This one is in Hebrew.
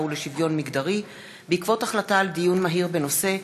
ולשוויון מגדרי בעקבות דיון מהיר בהצעתו של חבר הכנסת נחמן שי בנושא: